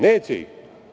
Neće ih.